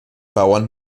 bauern